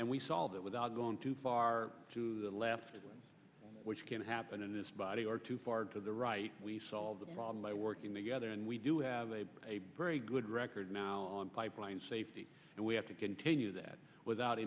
and we solve it without going too far to the left which can happen in this body or too far to the right we solve the problem by working together and we do have a a very good record now on pipeline safety and we have to continue that without